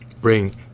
bring